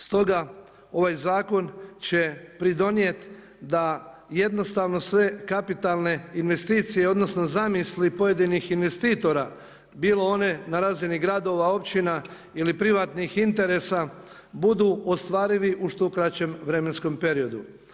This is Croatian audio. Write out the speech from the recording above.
Stoga, ovaj zakon će pridonijeti da jednostavno sve kapitalne investicije odnosno zamisli pojedinih investitora bilo one na razini gradova, općina ili privatnih interesa budu ostvarivi u što kraćem vremenskom periodu.